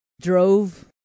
drove